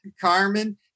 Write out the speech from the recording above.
Carmen